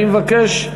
אני מבקש,